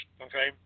okay